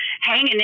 hanging